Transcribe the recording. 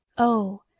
oh!